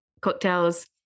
cocktails